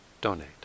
donate